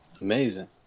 Amazing